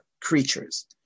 creatures